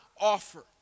offer